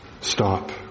stop